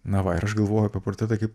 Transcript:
na va ir aš galvoju apie portretą kaip